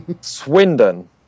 Swindon